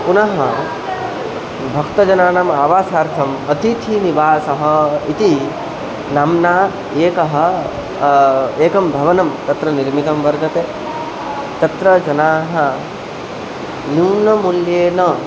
पुनः भक्तजनानाम् आवासार्थम् अतीथिनिवासः इति नाम्ना एकः एकं भवनं तत्र निर्मितं वर्तते तत्र जनाः न्यूनमूल्येन